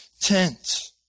tent